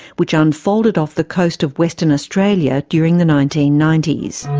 which unfolded off the coast of western australia during the nineteen ninety s.